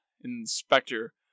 Inspector